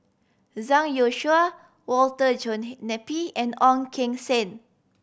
Zhang Youshuo Walter John Napier and Ong Keng Sen